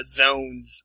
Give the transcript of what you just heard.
zones